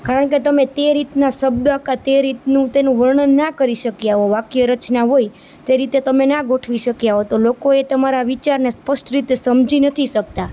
કારણકે તમે તે રીતના શબ્દો કાં તે રીતનું વર્ણન ના કરી શક્યા હોવ વાક્ય રચના હોય તે રીતે તમે ના ગોઠવી શક્યા હોય તો લોકો એ તમારા વિચારને સ્પષ્ટ રીતે સમજી નથી શકતા